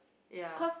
ya